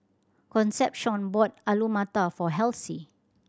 Concepcion bought Alu Matar for Halsey